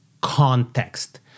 context